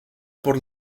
por